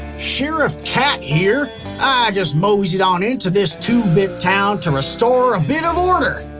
sheriff cat here. i just mosey'd on into this two-bit town to restore a bit of order.